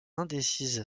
indécise